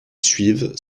suivent